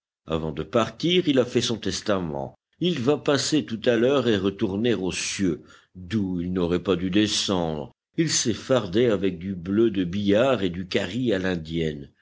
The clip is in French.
avant de partir il a fait son testament il va passer tout à l'heure et retourner aux cieux d'où il n'aurait pas dû descendre il s'est fardé avec du bleu de billard et du karis à l'indienne